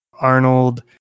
Arnold